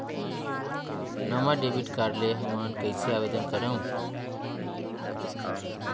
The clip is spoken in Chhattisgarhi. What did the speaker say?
नवा डेबिट कार्ड ले हमन कइसे आवेदन करंव?